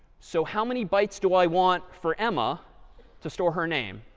so how many bytes do i want for emma to store her name?